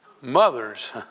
Mothers